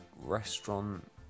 restaurant